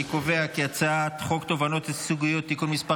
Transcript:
אני קובע כי הצעת חוק תובענות ייצוגיות (תיקון מס'